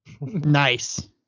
Nice